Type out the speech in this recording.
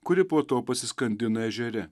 kuri po to pasiskandina ežere